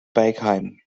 bergheim